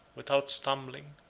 without stumbling,